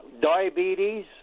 diabetes